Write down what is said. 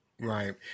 Right